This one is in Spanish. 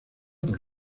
por